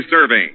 serving